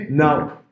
now